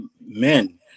men